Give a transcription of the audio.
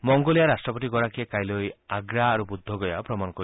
মংগোলীয়াৰ ৰট্টপতিগৰাকীয়ে কাইলৈ আগ্ৰা আৰু বুদ্ধগয়া অমণ কৰিব